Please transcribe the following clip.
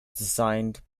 designed